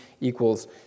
equals